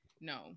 No